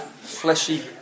fleshy